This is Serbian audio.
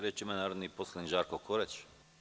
Reč ima narodni poslanik Žarko Korać.